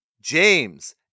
James